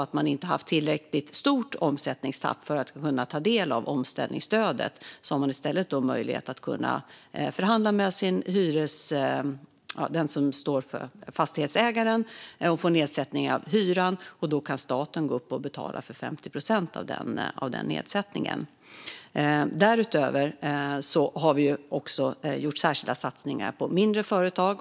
Om man inte har haft tillräckligt stort omsättningstapp för att kunna ta del av omställningsstödet har man i stället möjlighet att kunna förhandla med fastighetsägaren och få en nedsättning av hyran, och då kan staten gå in och betala för 50 procent av nedsättningen. Därutöver har vi också gjort särskilda satsningar på mindre företag.